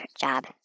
job